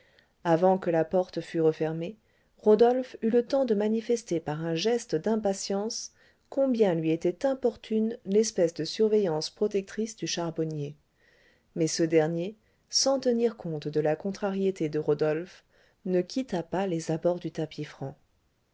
avant que la porte fût refermée rodolphe eut le temps de manifester par un geste d'impatience combien lui était importune l'espèce de surveillance protectrice du charbonnier mais ce dernier sans tenir compte de la contrariété de rodolphe ne quitta pas les abords du